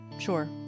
Sure